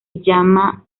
llama